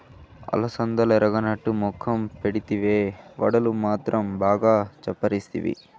అలసందలెరగనట్టు మొఖం పెడితివే, వడలు మాత్రం బాగా చప్పరిస్తివి